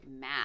mad